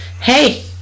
hey